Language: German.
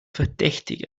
verdächtig